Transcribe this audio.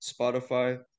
spotify